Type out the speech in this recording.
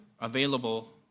available